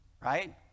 right